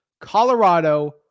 Colorado